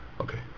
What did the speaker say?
Okay